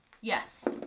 Yes